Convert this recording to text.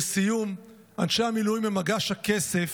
לסיום, אנשי המילואים הם מגש הכסף,